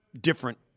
different